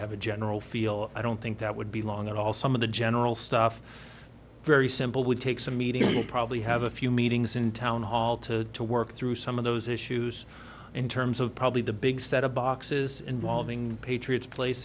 have a general feel i don't think that would be long at all some of the general stuff very simple would take some meeting you probably have a few meetings in town hall to to work through some of those issues in terms of probably the big set of boxes involving patriots place